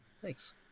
Thanks